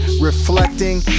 reflecting